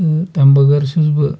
تہٕ تَمہِ بغٲر چھُس بہٕ